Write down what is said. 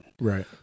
Right